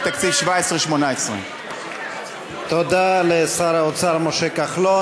תקציב 2017 2018. תודה לשר האוצר משה כחלון.